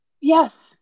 Yes